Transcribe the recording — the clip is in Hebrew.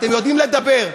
אתם יודעים לדבר.